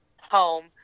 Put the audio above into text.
home